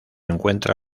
encuentra